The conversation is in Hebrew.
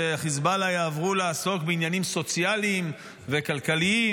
שחיזבאללה יעברו לעסוק בעניינים סוציאליים וכלכליים,